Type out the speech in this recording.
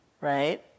Right